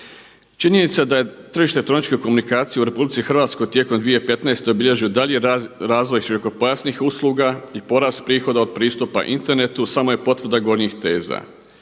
Činjenica da je tržište elektroničke komunikacije u RH tijekom 2015. obilježio dalji razvoj širokopojasnih usluga i porast prihoda od pristupa internetu samo je potvrda gornjih teza.